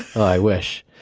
i wish.